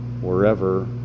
wherever